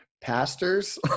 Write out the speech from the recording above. pastors